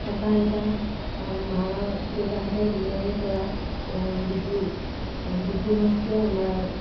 ককা আইতা মা দেউতাহঁতৰ দিনৰে পৰা বিহু বিহু নাচটোৱে আমাৰ